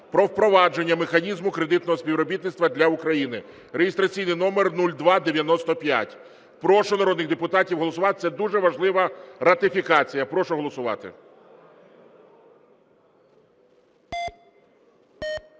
про впровадження Механізму кредитного співробітництва для України (реєстраційний номер 0295). Прошу народних депутатів голосувати, це дуже важлива ратифікація. Прошу голосувати.